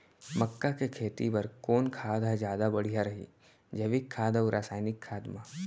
मक्का के खेती बर कोन खाद ह जादा बढ़िया रही, जैविक खाद अऊ रसायनिक खाद मा?